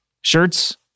shirts